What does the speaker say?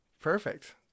Perfect